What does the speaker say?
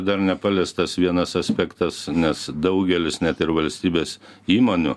dar nepaliestas vienas aspektas nes daugelis net ir valstybės įmonių